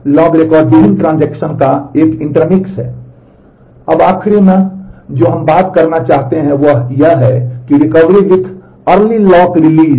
अब आखिरी मा जो हम बात करना चाहते हैं वह है recovery with early lock release